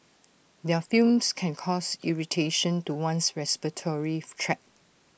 their fumes can cause irritation to one's respiratory tract